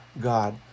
God